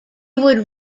would